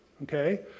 okay